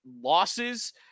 losses